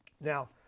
now